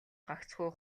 гагцхүү